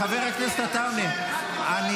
חבר הכנסת עטאונה --- ככה הוא רגיל.